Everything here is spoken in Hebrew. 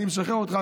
אני משחרר אותך,